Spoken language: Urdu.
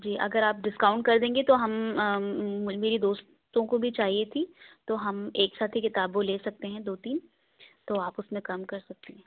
جی اگر آپ ڈسکاؤنٹ کر دیں گی تو ہم میری دوستوں کو بھی چاہیے تھی تو ہم ایک ساتھ ہی کتاب وہ لے سکتے ہیں دو تین تو آپ اُس میں کم کر سکتی ہیں